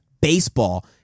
baseball